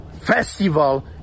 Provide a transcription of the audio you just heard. festival